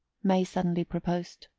may suddenly proposed.